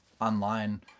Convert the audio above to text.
online